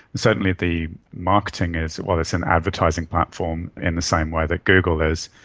certainly the marketing is, well, it's an advertising platform in the same way that google is.